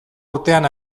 urtean